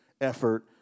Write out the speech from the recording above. effort